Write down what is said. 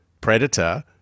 predator